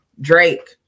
Drake